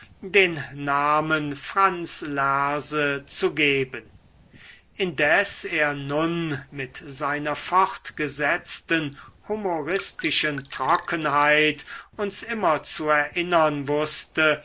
den namen franz lerse zu geben indes er nun mit seiner fortgesetzten humoristischen trockenheit uns immer zu erinnern wußte